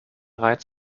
reiz